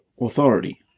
authority